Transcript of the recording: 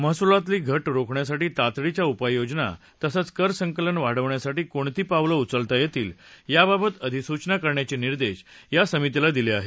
महसुलातली घट रोखण्यासाठी तातडीच्या उपाययोजना तसंच कर संकलन वाढवण्यासाठी कोणती पावलं उचलता येतील याबाबत सुचना करण्याचे निर्देश या समितीला दिले आहेत